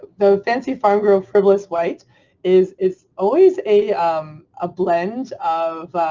the fancy farm girl frivolous white is is always a um ah blend of,